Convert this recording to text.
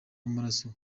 w’amaraso